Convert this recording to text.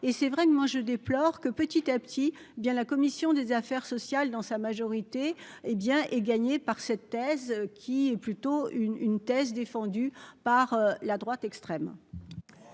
et c'est vrai que moi je déplore que, petit à petit, bien la commission des affaires sociales, dans sa majorité, hé bien, et gagné par cette thèse qui est plutôt une une thèse défendue par la droite extrême.